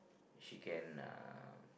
she can uh